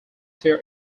fair